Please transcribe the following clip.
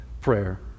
prayer